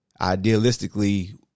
idealistically